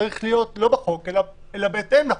צריך להיות לא בחוק אלא בהתאם לחוק.